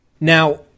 now